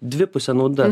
dvipusė nauda